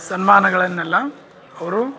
ಸನ್ಮಾನಗಳನ್ನೆಲ್ಲಾ ಅವರು